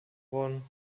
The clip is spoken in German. worden